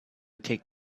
take